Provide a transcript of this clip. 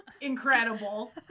Incredible